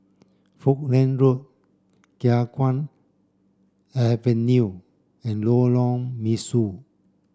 Falkland Road Khiang Guan Avenue and Lorong Mesu